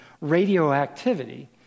radioactivity